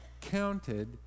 counted